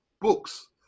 books